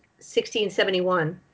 1671